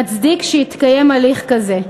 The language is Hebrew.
מצדיק שהתקיים הליך כזה.